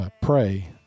pray